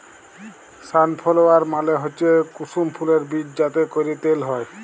sunflower মালে হচ্যে কুসুম ফুলের বীজ যাতে ক্যরে তেল হ্যয়